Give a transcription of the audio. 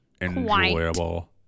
enjoyable